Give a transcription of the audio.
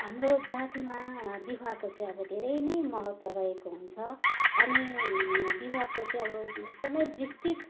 हाम्रो जातिमा विवाहको चाहिँ अब धरै नै महत्व रहेको हुन्छ अनि विवाहको चाहिँ अब एकदम विस्तृत